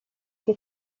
che